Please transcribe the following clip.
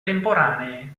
temporanee